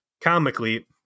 comically